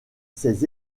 ses